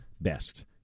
best